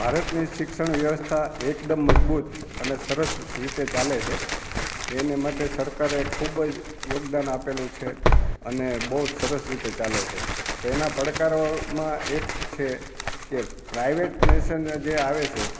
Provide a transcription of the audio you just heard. ભારતની શિક્ષણ વ્યવસ્થા એકદમ મજબૂત અને સરસ રીતે ચાલે છે એને માટે સરકારે ખૂબ જ યોગદાન આપેલું છે અને બહુ જ સરસ રીતે ચાલે છે એના પડકારોમાં એક છે કે પ્રાઈવેટ નેશન જે આવે છે